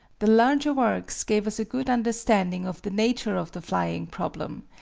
the larger works gave us a good understanding of the nature of the flying problem,